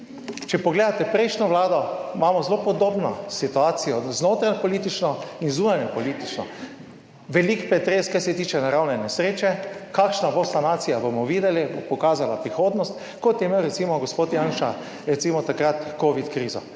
Če pogledate prejšnjo vlado, imamo zelo podobno situacijo, notranjepolitično in zunanje politično. Velik pretres, kar se tiče naravne nesreče, kakšna bo sanacija, bomo videli, bo pokazala prihodnost, kot je imel recimo gospod Janša takrat covid krizo.